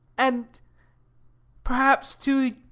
and perhaps, too,